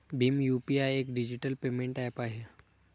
Bhim UPI एक digital payment app आहे